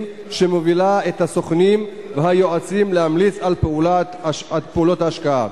שמובילה את הסוכנים והיועצים להמליץ על פעולות ההשקעה,